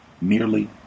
merely